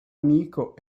amico